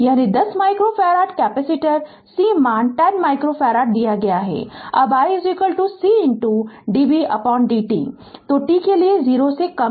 यानी 10 microfarad capacitor C मान 10 microfarad दिया गया है अब i C dvdt तो t के लिए 0 से कम